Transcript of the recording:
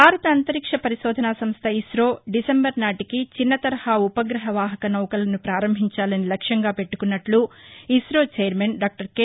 భారత అంతరిక్ష పరిశోధనా సంస్ట ఇసో డిశెంబరు నాటికి చిన్న తరహా ఉపగ్రహ వాహక నౌకలను ప్రారంభించాలని లక్ష్మంగా పెట్టుకున్నట్లు ఇసో వైర్మన్ డాక్టర్ కె